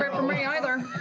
for me either.